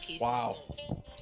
Wow